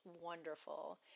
wonderful